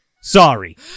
Sorry